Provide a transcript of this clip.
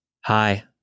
Hi